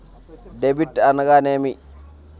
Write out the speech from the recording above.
Debit అనగానేమి?